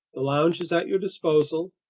the lounge is at your disposal,